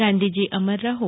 ગાંધીજી અમર રહો